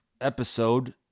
episode